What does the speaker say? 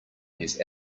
these